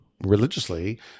religiously